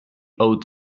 oat